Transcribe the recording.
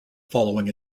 following